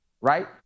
right